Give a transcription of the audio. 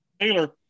Taylor